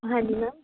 ਹਾਂਜੀ ਮੈਮ